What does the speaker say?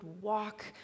walk